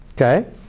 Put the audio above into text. okay